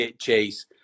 chase